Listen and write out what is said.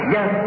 Yes